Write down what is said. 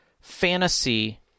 fantasy